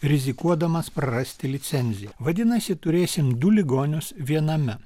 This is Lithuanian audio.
rizikuodamas prarasti licenziją vadinasi turėsim du ligonius viename